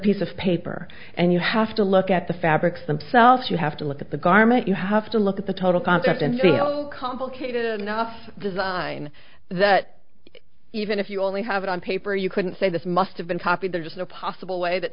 piece of paper and you have to look at the fabrics themselves you have to look at the garment you have to look at the total concept and feel complicated enough design that even if you only have it on paper you couldn't say this must have been copied there is no possible way that